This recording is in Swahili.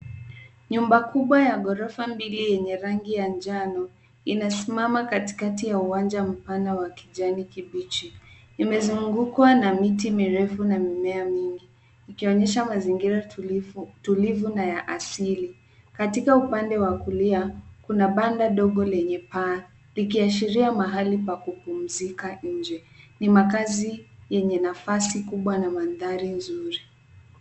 Nyumba kubwa ya ghorofa mbili yenye rangi ya njano inasimama katikati ya uwanja mpana wa kijani kibichi. Imezungukwa na miti mirefu na mimea mingi ikionyesha mazingira tulivu na ya asili. Katika upande wa kulia kuna banda dogo lenye paa likiashiria mahali pa kupumzika nje. Ni makaazi yenye nafasi kubwa na mandahri nzuri.